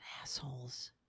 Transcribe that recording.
assholes